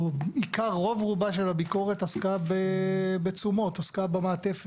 שרוב-רובה של הביקורת עסקה בתשומות, עסקה במעטפת.